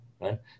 right